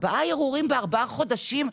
ארבעה ערעורים בארבעה חודשים?